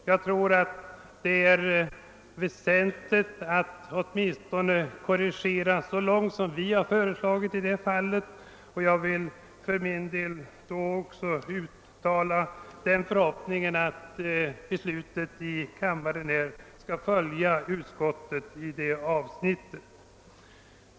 Jag tycker att det är väsentligt att göra åtminstone denna korrigering, och jag uttalar förhoppningen att kammaren skall följa utskottets förslag i det avseendet.